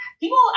People